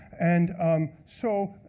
and um so,